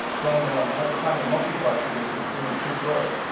flown down, had to climb the monkeypod tree to see the canoe, true story.